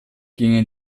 gingen